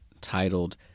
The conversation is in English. titled